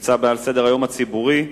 שנמצא בסדר-היום הציבורי.